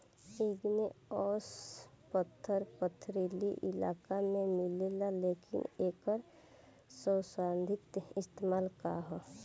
Igneous पत्थर पथरीली इलाका में मिलेला लेकिन एकर सैद्धांतिक इस्तेमाल का ह?